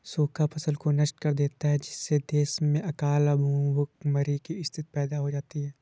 सूखा फसल को नष्ट कर देता है जिससे देश में अकाल व भूखमरी की स्थिति पैदा हो जाती है